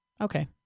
Okay